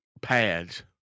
pads